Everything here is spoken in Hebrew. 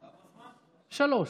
שלוש,